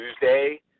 Tuesday